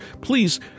please